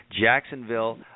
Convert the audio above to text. Jacksonville